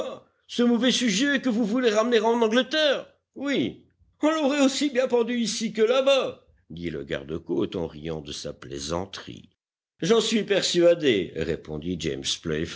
ce mauvais sujet que vous voulez ramener en angleterre oui on l'aurait aussi bien pendu ici que là-bas dit le gardecôte en riant de sa plaisanterie j'en suis persuadé répondit james